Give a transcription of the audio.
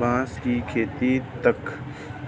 बांस की खेती तक